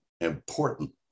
important